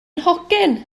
nhocyn